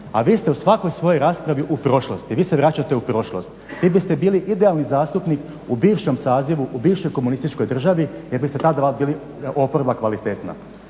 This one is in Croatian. a vi ste u svakoj svojoj raspravi u prošlosti. Vi se vraćate u prošlost. Vi biste bili idealni zastupnik u bivšem sazivu, u bivšoj komunističkoj državi jer biste tada bili oporba kvalitetna.